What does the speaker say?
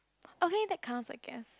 okay that counts I guess